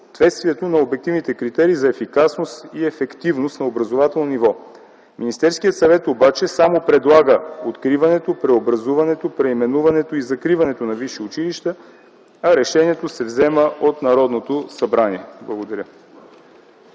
на обективните критерии за ефикасност и ефективност на образователно ниво. Министерският съвет обаче само предлага откриването, преобразуването, преименуването и закриването на висшите училища, а решението се взема от Народното събрание. Благодаря.